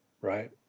right